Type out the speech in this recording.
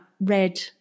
red